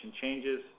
changes